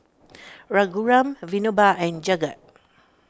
Raghuram Vinoba and Jagat